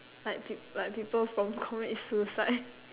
like peop~ people from commit suicide